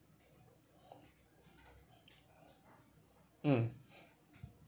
mm